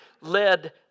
led